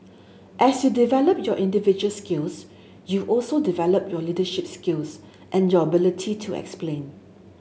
as you develop your individual skills you also develop your leadership skills and your ability to explain